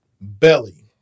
Belly